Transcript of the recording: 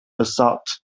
assault